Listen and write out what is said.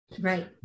Right